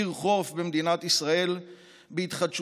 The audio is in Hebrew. עיר חוף במדינת ישראל בהתחדשותה,